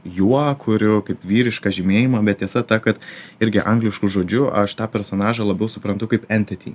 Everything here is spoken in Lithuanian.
juo kuriu kaip vyrišką žymėjimą bet tiesa ta kad irgi anglišku žodžiu aš tą personažą labiau suprantu kaip entity